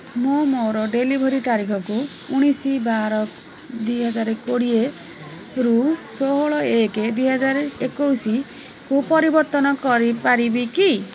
ମୁଁ ମୋର ଡ଼େଲିଭରି ତାରିଖକୁ ଉଣେଇଶି ବାର ଦୁଇହାଜର କୋଡ଼ିଏରୁ ଷୋହଳ ଏକେ ଦୁଇହାଜର ଏକୋଉଶିକୁ ପରିବର୍ତ୍ତନ କରିପାରିବି କି